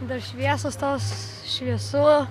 dar šviesos tos šviesu